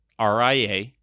RIA